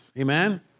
Amen